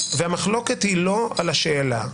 והמחלוקת היא לא על השאלה,